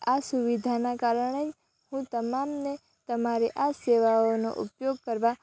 આ સુવિધાના કારણે હું તમામને તમારી આ સેવાઓનો ઉપયોગ કરવા